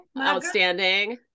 outstanding